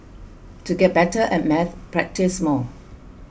to get better at maths practise more